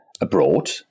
abroad